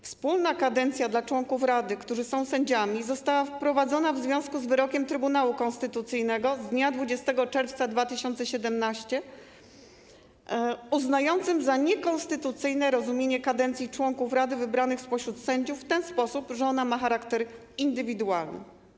Wspólna kadencja dla członków rady, którzy są sędziami, została wprowadzona w związku z wyrokiem Trybunału Konstytucyjnego z dnia 20 czerwca 2017 r. uznającym za niekonstytucyjne rozumienie kadencji członków rady wybranych spośród sędziów w ten sposób, że ma ona charakter indywidualny.